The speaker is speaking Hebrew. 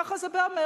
ככה זה באמריקה.